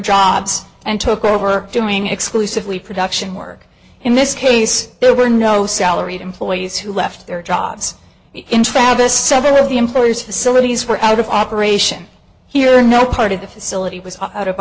jobs and took over doing exclusively production work in this case there were no salaried employees who left their jobs in travis several of the employees facilities were out of operation here no part of the facility was out of